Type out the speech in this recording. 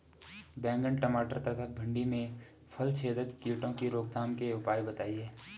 बैंगन टमाटर तथा भिन्डी में फलछेदक कीटों की रोकथाम के उपाय बताइए?